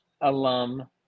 alum